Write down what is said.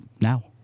now